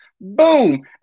Boom